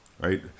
right